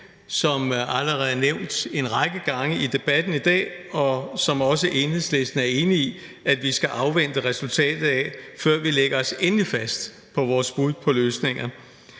som allerede er nævnt en række gange i debatten i dag, og som også Enhedslisten er enig i vi skal afvente resultatet af, før vi lægger os endelig fast på vores bud på løsninger.